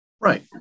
Right